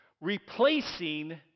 Replacing